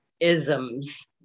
isms